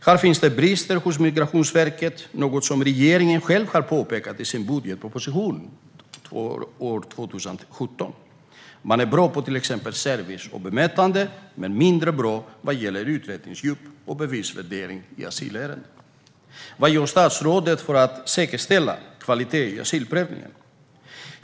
Här finns det brister hos Migrationsverket, vilket regeringen själv har påpekat i sin budgetproposition för 2017. Man är bra på till exempel service och bemötande, men man är mindre bra vad gäller utredningsdjup och bevisvärdering i asylärenden. Vad gör statsrådet för att säkerställa kvaliteten i asylprövningen?